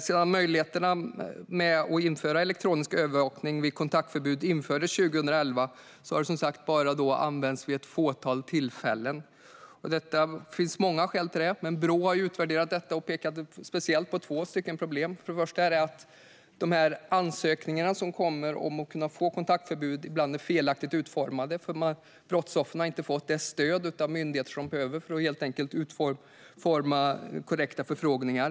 Sedan möjligheterna att införa elektronisk övervakning vid kontaktförbud infördes 2011 har det som sagt bara använts vid ett fåtal tillfällen. Det finns många skäl till det, men Brå har utvärderat detta och pekar speciellt på två problem. För det första är ansökningarna om att få kontaktförbud ibland felaktigt utformade för att brottsoffren inte har fått de stöd som de behöver från myndigheterna för att utforma korrekta förfrågningar.